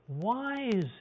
wise